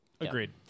agreed